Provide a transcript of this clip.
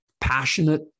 passionate